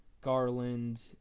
Garland